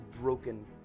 broken